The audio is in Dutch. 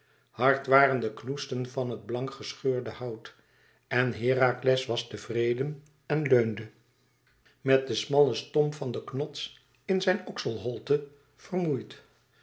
hard waren de knoesten van het blank gescheurde hout en herakles was tevreden en leunde met den smallen stomp van den knots in zijn okselholte vermoeid